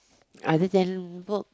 other than work